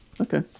Okay